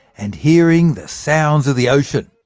and hearing the sounds of the ocean.